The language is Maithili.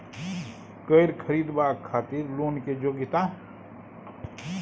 कैर खरीदवाक खातिर लोन के योग्यता?